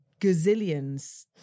gazillions